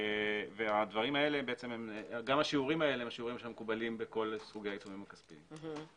גם השיעורים האלה מקובלים בכל סוגי העיצומים הכספיים.